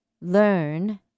learn